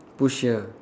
push here